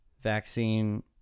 Vaccine